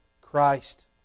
Christ